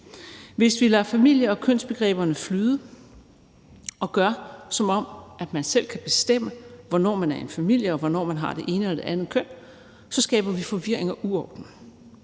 Hvis vi lader familie- og kønsbegreberne flyde og gør, som om man selv kan bestemme, hvornår man er en familie, og hvornår man har det ene eller det andet køn, skaber vi forvirring og uorden.